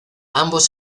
ambos